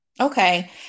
Okay